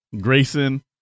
Grayson